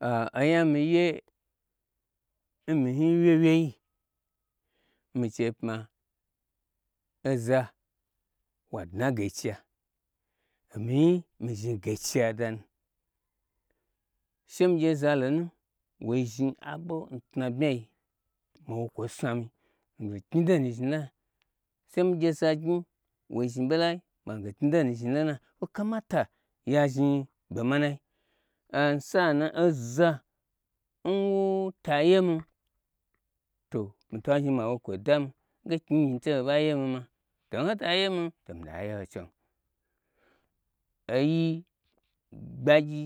A onya mi ye n mi hni wyei wyei mi chei pma oza wadna n gai ciya omi hin mi zhni gai ciya danu, she migye zalonu woi zhni abo ntna bmyai ma wo kwoi snami ma knyi donu zhni lai she mi gye zaguyi woi zhni ɓo lai ma ge knyi donu zhni lo na kwo ka mata ya zhni ɓo manai am sa anan oza nwo ta yemin to mita zhni ma wo kwoi dami nge knyi nu zhni to ho ba yemin ma to nhotayemi to mi ta yeho chem oyi gbagyi